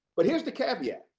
but here's the caveat.